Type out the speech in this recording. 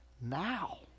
now